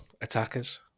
attackers